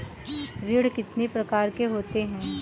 ऋण कितनी प्रकार के होते हैं?